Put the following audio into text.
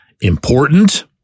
important